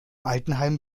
altenheim